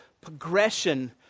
progression